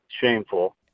Shameful